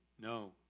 No